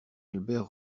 albert